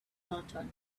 london